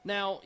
Now